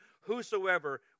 whosoever